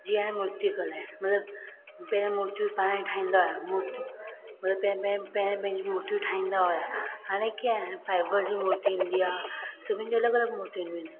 जीअं हाणे मुर्तीकला आहे मतलबु पहिरां मुर्तियूं पाण ई ठाहींदा मुर्तियूं मतलबु पहिरें पहिरें पहिरें पंहिंजूं मुर्ती ठाहींदा हुआ हाणे कीअं आहे फ़ाइबर जी मुर्ती ईंदी आहे सभिनी जूं अलॻि अलॻि मुर्तियूं ईंदियूं आहिनि